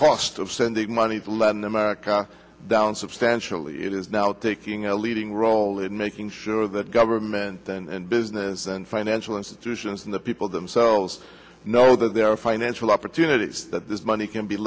cost of sending money from latin america down substantially it is now taking a leading role in making sure that government and business and financial institutions and the people themselves know that there are financial opportunities that this money can be